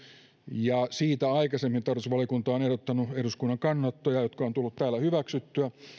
ja siitä tarkastusvaliokunta on aikaisemmin ehdottanut eduskunnan kannanottoja jotka on tullut täällä hyväksyttyä